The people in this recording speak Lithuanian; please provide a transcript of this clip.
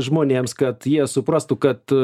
žmonėms kad jie suprastų kad